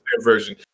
version